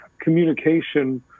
communication